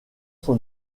son